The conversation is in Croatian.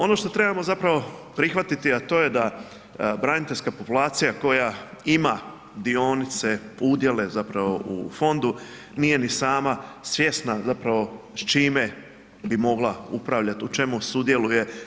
Ono što trebamo zapravo prihvatiti, a to je da braniteljska populacija koja ima dionice, udjele zapravo u Fondu, nije ni sama svjesna zapravo s čime bi mogla upravljati, u čemu sudjeluje.